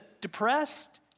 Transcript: depressed